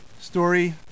story